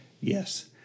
Yes